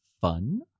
fun